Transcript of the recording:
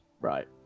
right